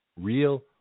real